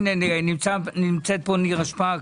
הינה, נמצאת פה נירה שפק.